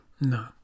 No